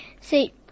See